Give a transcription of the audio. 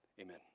Amen